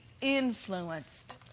influenced